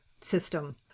system